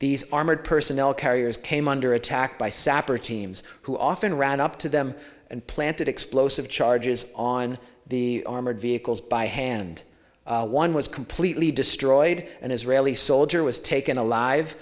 these armored personnel carriers came under attack by sapper teams who often ran up to them and planted explosive charges on the armored vehicles by hand one was completely destroyed an israeli soldier was taken alive